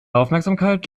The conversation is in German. aufmerksamkeit